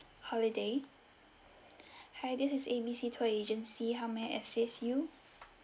holiday hi this is A B C tour agency how may I assist you